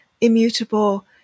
immutable